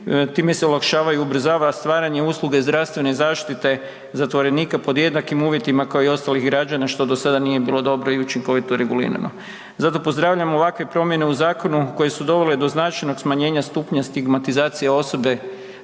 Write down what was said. time se olakšava i ubrzava stvaranje usluge zdravstvene zaštite zatvorenika pod jednakim uvjetima kao i ostalih građana što do sada nije bilo dobro i učinkovito regulirano. Zato pozdravljam ovakve promjene u zakonu koje su dovele do značajno smanjenja stupnja stigmatizacije osobe